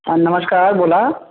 नमस्कार बोला